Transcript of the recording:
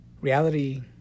reality